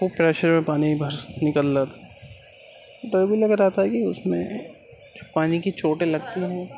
خوب پریشر میں پانی باہر نکل رہا تھا ڈر بھی لگ رہا تھا کہ اس میں پانی کی چوٹیں لگتی ہیں